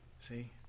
See